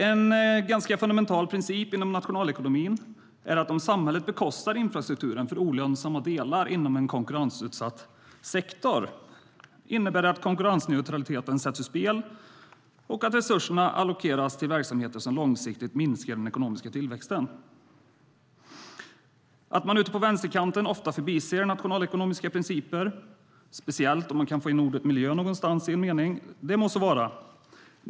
En ganska fundamental princip i nationalekonomin är att om samhället bekostar infrastrukturen för olönsamma delar inom en konkurrensutsatt sektor innebär det att konkurrensneutraliteten sätts ur spel och att resurserna allokeras till verksamheter som långsiktigt minskar den ekonomiska tillväxten. Att man ute på vänsterkanten ofta förbiser nationalekonomiska principer - speciellt om man kan få in ordet "miljö" någonstans i en mening - må så vara.